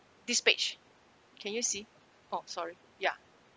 this page can you see oh sorry ya